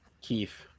Keith